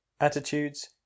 attitudes